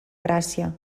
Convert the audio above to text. gràcia